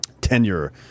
tenure